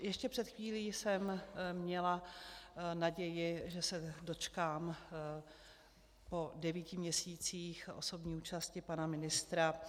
Ještě před chvílí jsem měla naději, že se dočkám po devíti měsících osobní účast pana ministra.